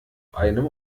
einem